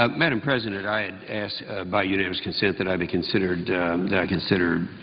um madam president, i had asked by unanimous consent that i be considered that i consider